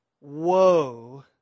woe